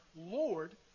Lord